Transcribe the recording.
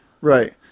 Right